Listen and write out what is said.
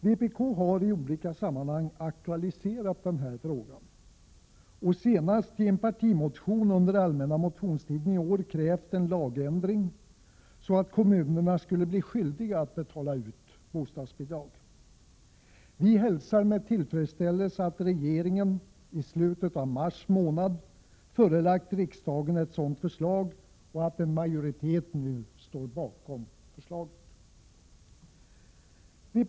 Vpk har i olika sammanhang aktualiserat denna fråga och senast i en partimotion under allmänna motionstiden i år krävt en lagändring så att kommunerna skulle bli skyldiga att betala ut bostadsbidrag. Vi hälsar med tillfredsställelse att regeringen i slutet av mars månad förelagt riksdagen ett sådant förslag och att en majoritet nu står bakom förslaget.